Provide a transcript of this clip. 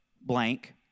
blank